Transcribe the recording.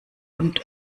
und